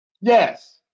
Yes